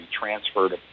transferred